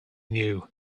knew